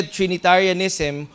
Trinitarianism